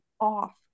off